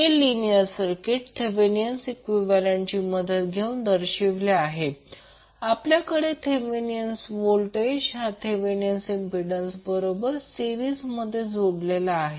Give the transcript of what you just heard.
हे linear circuit Thevenin इक्विवैलेन्टची मदत घेऊन दर्शविले आहे आपल्याकडे थेवेनीण व्होल्टेज हा थेवेनीण इम्पिडंस बरोबर सिरिसमध्ये आहे